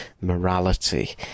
morality